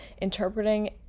interpreting